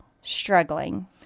struggling